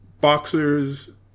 Boxers